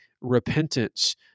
repentance